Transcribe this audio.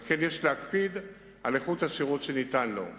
על כן, יש להקפיד על איכות השירות שניתן לו.